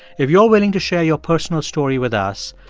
if you're willing to share your personal story with us,